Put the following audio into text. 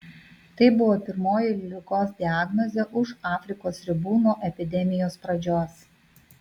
tai buvo pirmoji ligos diagnozė už afrikos ribų nuo epidemijos pradžios